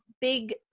big